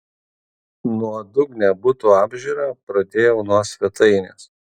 nuodugnią buto apžiūrą pradėjau nuo svetainės